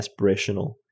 aspirational